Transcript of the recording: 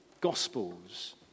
gospels